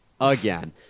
again